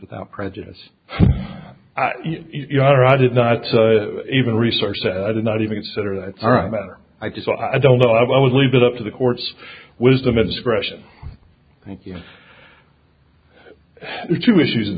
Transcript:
without prejudice or i did not even research that i did not even consider that i did so i don't know i would leave it up to the courts wisdom of discretion thank you two issues in